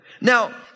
Now